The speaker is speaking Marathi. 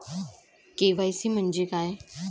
के.वाय.सी म्हंजे काय?